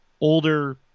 older